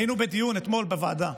היינו בדיון אתמול בוועדה